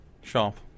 Sharp